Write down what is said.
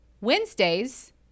Wednesdays